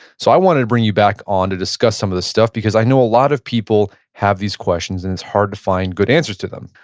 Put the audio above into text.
so i wanted to bring you back on to discuss some of this stuff because i know a lot of people have these questions and it's hard to find good answers to them.